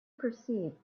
perceived